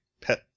pet